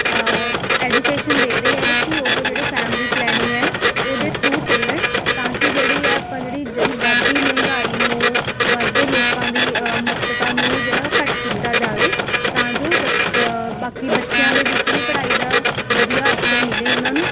education ਦੇ ਰਹੇ ਹੈ ਕਿ ਉਹ ਜਿਹੜੇ ਫੈਮਿਲੀ ਪਲੈਨਿੰਗ ਹੈ ਉਹਦੇ ਥਰੂਅ ਚੱਲਣ ਤਾਂ ਕਿ ਜਿਹੜੀ ਹੈ ਆਪਾਂ ਜਿਹੜੀ ਜਿਹੜੀ ਵਧਦੀ ਮਹਿੰਗਾਈ ਨੂੰ ਵਧਦੇ ਲੋਕਾਂ ਦੀ ਅ ਮਹੱਤਤਾ ਨੂੰ ਜਿਹੜਾ ਘੱਟ ਕੀਤਾ ਜਾਵੇ ਤਾਂ ਜੋ ਬੱਚ ਬਾਕੀ ਬੱਚਿਆਂ ਦੇ ਵਿੱਚ ਵੀ ਪੜ੍ਹਾਈ ਦਾ ਵਧੀਆ ਅਵਸਰ ਮਿਲੇ ਉਹਨਾਂ ਨੂੰ